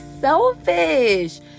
selfish